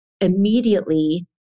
immediately